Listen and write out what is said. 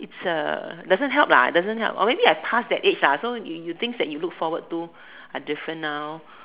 it's a doesn't help lah doesn't help or maybe I pass that age lah so things that you look forward to are different now